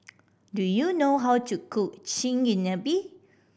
do you know how to cook Chigenabe